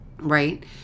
Right